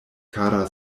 kara